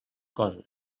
coses